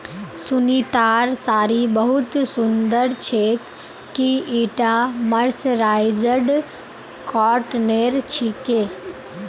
सुनीतार साड़ी बहुत सुंदर छेक, की ईटा मर्सराइज्ड कॉटनेर छिके